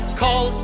call